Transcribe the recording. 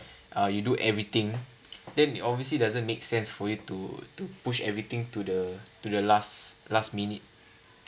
uh you do everything then it obviously doesn't make sense for you to to push everything to the to the last last minute